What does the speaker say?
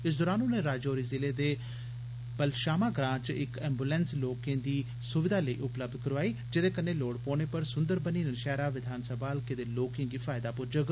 इस दरान उनें राजोरी जिले दे बलशामा ग्रां च इक एम्बूलैंस लोकें दी सविधा लेई उपलब्य कराई जेह्दे कन्नै लोड़ पोने पर सुंदरबनी नौशहरा विघान समा हल्के दे लोकें गी फैयदा पुज्जोग